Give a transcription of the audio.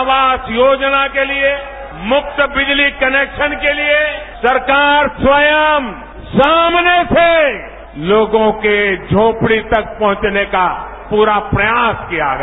आवास योजना के लिए मुफ्त बिजली कनेक्शन के लिए सरकार स्वयं सामने से लोगों के झोपड़ी तक पहुंचने का पूरा प्रयास किया गया